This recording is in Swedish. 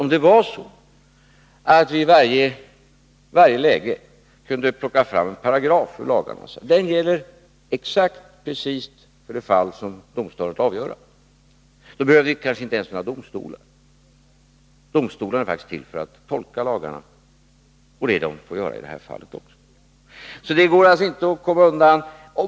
Om det var så att vi i varje läge kunde plocka fram en paragraf ur lagarna och säga att den gäller exakt för det fall som skall avgöras, då behövde vi kanske inte ens några domstolar. Domstolarna är faktiskt till för att tolka lagarna, och det är vad de får göra i det här fallet också.